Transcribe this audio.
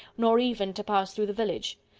nor even to pass through the village.